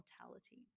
mortality